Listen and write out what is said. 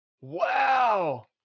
wow